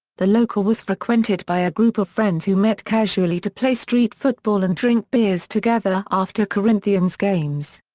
the local was frequented by a group of friends who met casually to play street football and drink beers together after corinthians games.